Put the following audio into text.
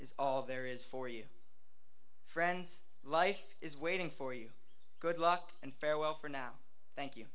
is all there is for you friends life is waiting for you good luck and farewell for now thank you